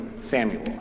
Samuel